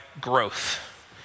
growth